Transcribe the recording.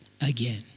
Again